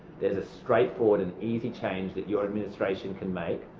there's a straightforward and easy change that your administration can make.